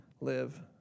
live